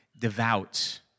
devout